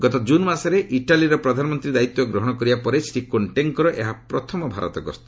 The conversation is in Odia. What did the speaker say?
ଗତ ଜୁନ୍ ମାସରେ ଇଟାଲୀର ପ୍ରଧାନମନ୍ତ୍ରୀ ଦାୟିତ୍ୱ ଗ୍ରହଣ କରିବା ପରେ ଶ୍ରୀ କୋଷ୍ଟେଙ୍କର ଏହା ପ୍ରଥମ ଭାରତ ଗସ୍ତ